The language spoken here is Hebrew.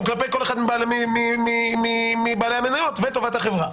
כלפי כל אחד מבעלי המניות וטובת החברה.